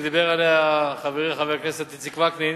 שדיבר עליה חברי חבר הכנסת איציק וקנין,